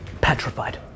Petrified